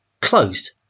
closed